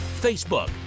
Facebook